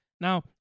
now